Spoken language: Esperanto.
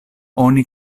oni